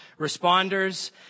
responders